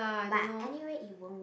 but anyway it won't work